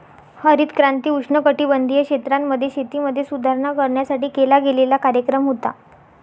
हरित क्रांती उष्णकटिबंधीय क्षेत्रांमध्ये, शेतीमध्ये सुधारणा करण्यासाठी केला गेलेला कार्यक्रम होता